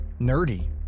nerdy